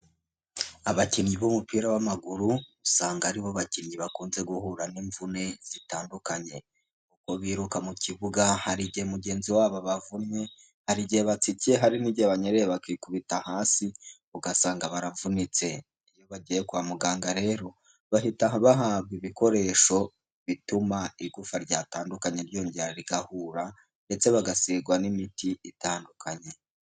Abakinnyi b'umupira w'amaguru usanga aribo bakinnyi bakunze guhura n'imvune zitandukanye, ngo biruka mu kibuga hari igihe mugenzi wabo bavunnye hari igihe batsikiye hari n'igihe banyereye bakikubita hasi ugasanga baravunitse, iyo bagiye kwa muganga rero bahita bahabwa ibikoresho bituma igufa ryatandukanye ryongera rigahura, ndetse bagasigwa n'imiti itandukanye.